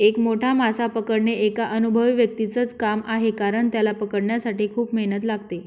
एक मोठा मासा पकडणे एका अनुभवी व्यक्तीच च काम आहे कारण, त्याला पकडण्यासाठी खूप मेहनत लागते